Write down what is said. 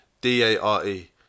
D-A-R-E